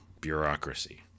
bureaucracy